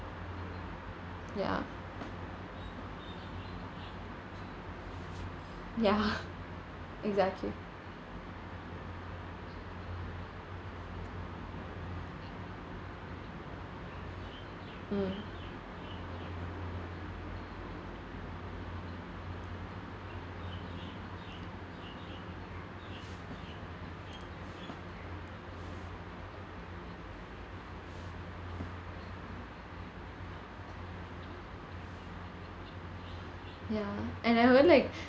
ya ya exactly mm ya and I will like